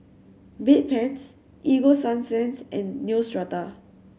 Bedpans Ego Sunsense and Neostrata